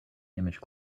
image